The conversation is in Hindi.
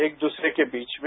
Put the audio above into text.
एक दूसरे के बीच में